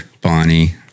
Bonnie